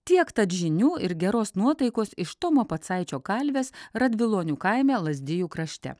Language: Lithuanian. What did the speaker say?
tiek tad žinių ir geros nuotaikos iš tomo pacaičio kalvės radvilonių kaime lazdijų krašte